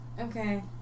Okay